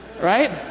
Right